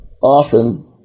often